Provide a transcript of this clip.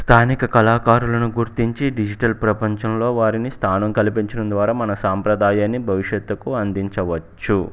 స్థానిక కళాకారులను గుర్తించి డిజిటల్ ప్రపంచంలో వారిని స్థానం కల్పించడం ద్వారా మన సాంప్రదాయాన్ని భవిష్యత్తుకు అందించవచ్చు